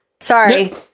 Sorry